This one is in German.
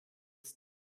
ist